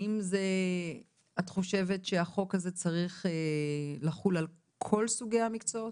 האם את חושבת שהחוק הזה צריך לחול על כל סוגי המקצועות?